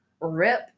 Rip